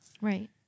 Right